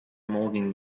moving